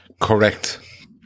Correct